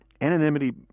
anonymity